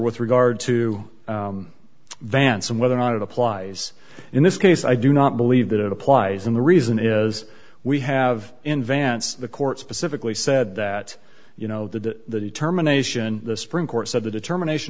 with regard to vance and whether or not it applies in this case i do not believe that it applies and the reason is we have in vance the court specifically said that you know the determination the supreme court said the determination